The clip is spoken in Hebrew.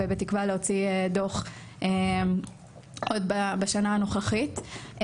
בתקווה להוציא דוח עוד בשנה הנוכחית.